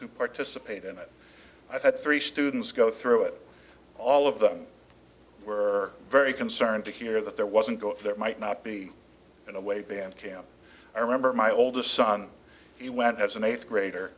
who participate in it i three students go through it all of them were very concerned to hear that there wasn't go that might not be in a way band camp i remember my oldest son he went as an eighth grader